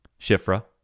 Shifra